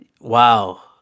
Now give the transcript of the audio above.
Wow